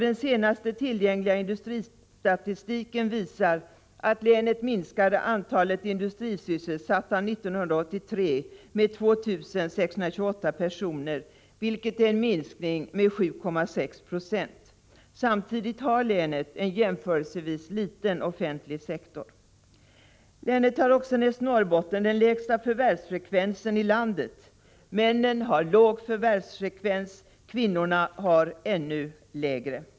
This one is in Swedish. Den senaste tillgängliga industristatistiken visar att länets industrisysselsatta 1983 minskade med 2 628 personer, vilket är en minskning med 7,6 20. Samtidigt har länet en jämförelsevis liten offentlig sektor. Länet har också näst Norrbotten den lägsta förvärvsfrekvensen i landet, männen har låg förvärvsfrekvens — kvinnorna har ännu lägre.